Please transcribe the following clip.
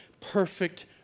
perfect